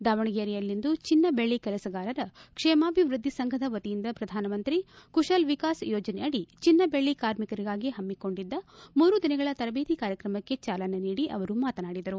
ದಾವಣಗೆರೆಯಲಿದು ಚಿನ್ನ ಬೆಳ್ಳಿ ಕೆಲಸಗಾರರ ಕ್ಷೇಮಾಭಿವೃದ್ಧಿ ಸಂಘದ ವತಿಯಿಂದ ಪ್ರಧಾನಮಂತ್ರಿ ಕುಶಲ ವಿಕಾಸ ಯೋಜನೆ ಅಡಿ ಚಿನ್ನ ಬೆಳ್ಳಿ ಕಾರ್ಮಿಕರಿಗಾಗಿ ಹಮ್ಮಿಕೊಂಡಿದ್ದ ಮೂರು ದಿನಗಳ ತರಬೇತಿ ಕಾರ್ಯಕ್ರಮಕ್ಕೆ ಚಾಲನೆ ನೀಡಿ ಅವರು ಮಾತನಾಡಿದರು